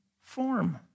form